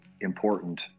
important